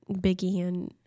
began